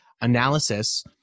analysis